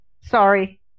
Sorry